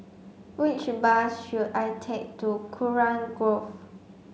which bus should I take to Kurau Grove